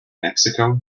mexico